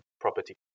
property